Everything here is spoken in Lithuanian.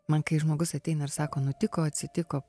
man kai žmogus ateina ir sako nutiko atsitiko